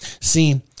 See